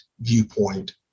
viewpoint